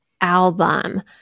album